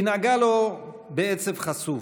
היא נגעה בו בעצב חשוף,